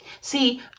See